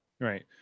Right